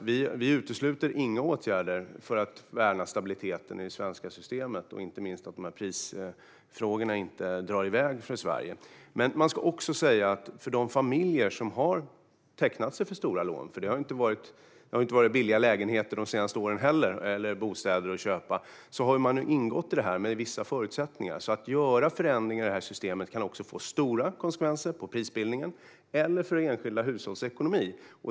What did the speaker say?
Vi utesluter inga åtgärder för att värna stabiliteten i det svenska systemet, och inte minst se till att priserna inte drar iväg. Bostäder har de senaste åren inte varit billiga att köpa, och de familjer som har tecknat sig för stora lån har gjort det med vissa förutsättningar. Att göra förändringar i systemet kan få stora konsekvenser för prisbildningen eller för enskilda hushålls ekonomi.